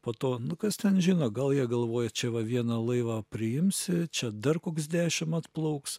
po to nu kas ten žino gal jie galvoja čia va vieną laivą priimsi čia dar koks dešim atplauks